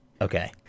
Okay